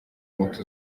umuti